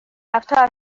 رفتار